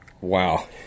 Wow